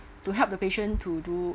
to help the patient to do